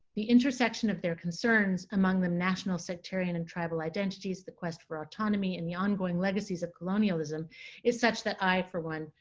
the intersection of their concerns among the national sectarian and tribal identities, the quest for autonomy, and the ongoing legacies of colonialism is such that i, for one,